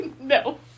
No